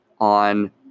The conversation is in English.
on